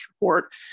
report